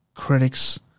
Critics